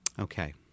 Okay